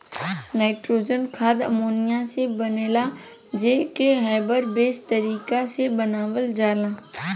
nitrogen खाद ammonia से बनेला जे के हैबर बोच तारिका से बनावल जाला